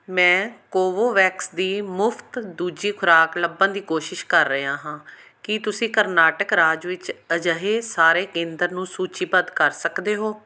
ਮੈਂ ਕੋਵੋਵੈਕਸ ਦੀ ਮੁਫਤ ਦੂਜੀ ਖੁਰਾਕ ਲੱਭਣ ਦੀ ਕੋਸ਼ਿਸ਼ ਕਰ ਰਿਹਾ ਹਾਂ ਕੀ ਤੁਸੀਂ ਕਰਨਾਟਕ ਰਾਜ ਵਿੱਚ ਅਜਿਹੇ ਸਾਰੇ ਕੇਂਦਰ ਨੂੰ ਸੂਚੀਬੱਧ ਕਰ ਸਕਦੇ ਹੋ